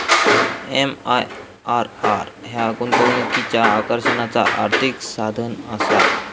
MIRR ह्या गुंतवणुकीच्या आकर्षणाचा आर्थिक साधनआसा